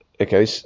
Okay